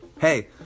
hey